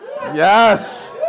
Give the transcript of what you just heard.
Yes